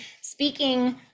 speaking